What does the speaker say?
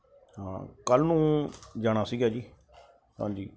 ਹਾਂ ਕੱਲ੍ਹ ਨੂੰ ਜਾਣਾ ਸੀਗਾ ਜੀ ਹਾਂਜੀ